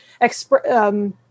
express